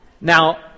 Now